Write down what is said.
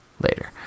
later